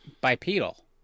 bipedal